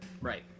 Right